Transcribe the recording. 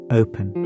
open